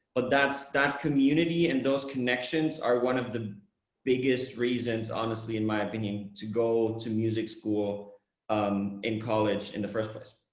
but that's that community and those connections are one of the biggest reasons, honestly, in my opinion, to go to music school um in college in the first place.